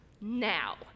now